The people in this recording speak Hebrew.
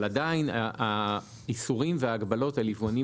אבל עדיין האיסורים וההגבלות על יבואנים